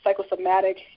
psychosomatic